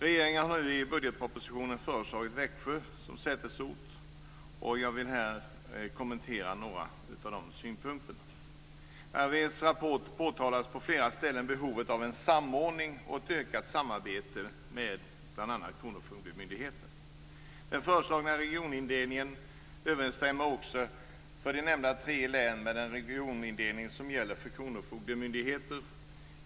Regeringen har nu i budgetpropositionen föreslagit Växjö som sätesort, och jag vill ge några synpunkter på förslaget. I RSV:s rapport påtalas på flera stället behovet av en samordning och ett ökat samarbete med bl.a. kronofogdemyndigheten. Den föreslagna regionindelningen överensstämmer också för nämnda tre län med den regionindelning som gäller för kronofogdemyndigheten.